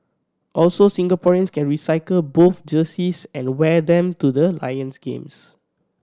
also Singaporeans can recycle both jerseys and wear them to the Lions games